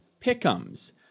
Pick'ums